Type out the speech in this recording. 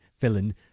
villain